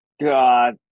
god